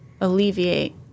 alleviate